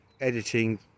editing